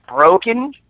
broken